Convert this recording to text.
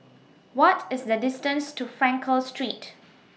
What IS The distance to Frankel Street